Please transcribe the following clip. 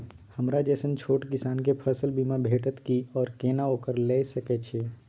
हमरा जैसन छोट किसान के फसल बीमा भेटत कि आर केना ओकरा लैय सकैय छि?